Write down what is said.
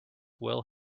will